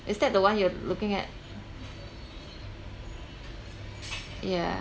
is that the one you're looking at yeah